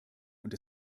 und